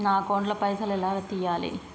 నా అకౌంట్ ల పైసల్ ఎలా తీయాలి?